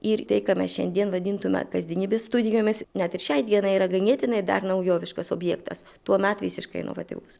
ir tai ką mes šiandien vadintume kasdienybės studijomis net ir šiai dienai yra ganėtinai dar naujoviškas objektas tuomet visiškai inovatyvus